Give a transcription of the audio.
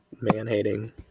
man-hating